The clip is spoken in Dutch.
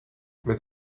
met